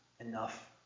enough